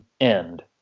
end